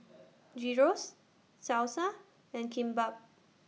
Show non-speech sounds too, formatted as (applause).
(noise) Gyros Salsa and Kimbap